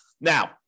Now